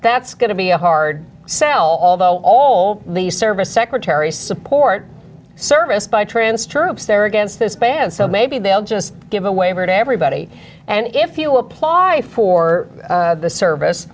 that's going to be a hard sell although all the service secretaries support service by trans troops they're against this ban so maybe they'll just give a waiver to everybody and if you apply for the service